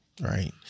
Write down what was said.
right